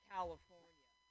California